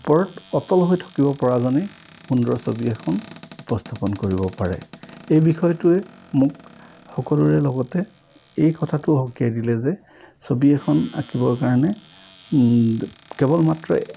ওপৰত অটল হৈ থাকিব পৰাজনেই সুন্দৰ ছবি এখন উপস্থাপন কৰিব পাৰে এই বিষয়টোৱে মোক সকলোৰে লগতে এই কথাটোও সকীয়াই দিলে যে ছবি এখন আঁকিবৰ কাৰণে কেৱল মাত্ৰ